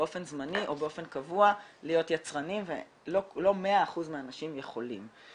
באופן זמני או באופן קבוע להיות יצרניים ולא מאה אחוז מהאנשים יכולים,